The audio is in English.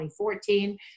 2014